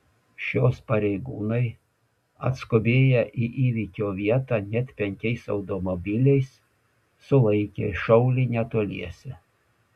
šios pareigūnai atskubėję į įvykio vietą net penkiais automobiliais sulaikė šaulį netoliese